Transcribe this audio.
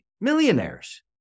millionaires